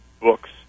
books